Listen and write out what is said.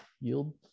yield